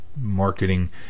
marketing